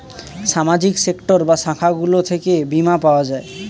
সামাজিক সেক্টর বা শাখাগুলো থেকে বীমা পাওয়া যায়